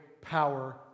power